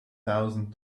thousand